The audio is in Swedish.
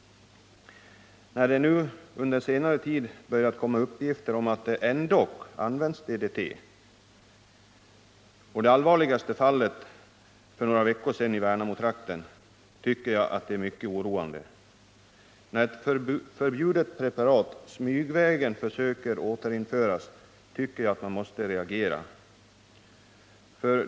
När det under senare tid börjat komma uppgifter om att det ändå används DDT - det allvarligaste fallet inträffade för några veckor sedan i Värnamo trakten — tycker jag det är mycket oroande. När man smygvägen försöker återinföra ett förbjudet preparat tycker jag att vi måste reagera.